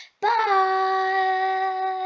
bye